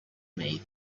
made